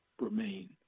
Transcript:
remain